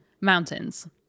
mountains